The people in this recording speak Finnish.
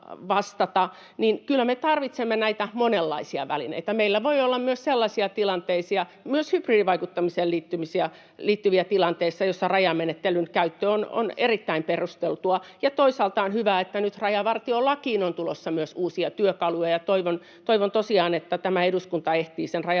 Kyllä me tarvitsemme näitä monenlaisia välineitä. Meillä voi olla myös sellaisia tilanteita — myös hybridivaikuttamiseen liittyviä tilanteita — joissa rajamenettelyn käyttö on erittäin perusteltua. Toisaalta on hyvä, että nyt rajavartiolakiin on tulossa myös uusia työkaluja, ja toivon tosiaan, että tämä eduskunta ehtii sen rajavartiolain